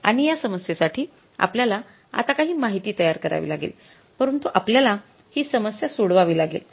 आणि या समस्येसाठी आपल्याला आता काही माहिती तयार करावी लागेल परंतु आपल्याला ही समस्या सोडवावी लागेल